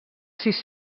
sis